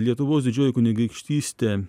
lietuvos didžioji kunigaikštystė